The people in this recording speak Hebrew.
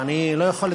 אני לא יכול לדבר ככה.